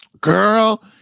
Girl